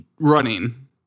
running